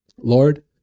Lord